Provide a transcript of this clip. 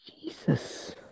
Jesus